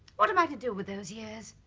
what am i to do with those years?